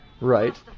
Right